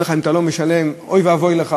אומר לך: אם אתה לא משלם אוי ואבוי לך,